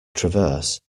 traverse